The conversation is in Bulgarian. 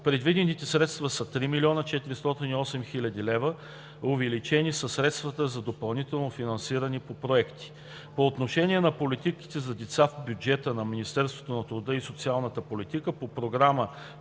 предвидените средства са 3 млн. 408 хил. лв. Увеличени са средствата за допълнително финансиране по проекти. По отношение на политиките за деца. В бюджета на Министерството на труда и социалната политика по Програма